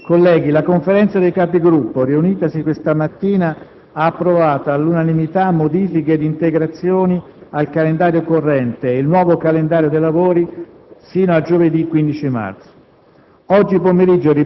Colleghi, la Conferenza dei Capigruppo, riunitasi questa mattina, ha approvato all'unanimità modifiche ed integrazioni al calendario corrente e il nuovo calendario dei lavori fino a giovedì 15 marzo.